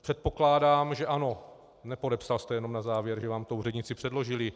Předpokládám, že ano, nepodepsal jste jen na závěr, kdy vám to úředníci předložili.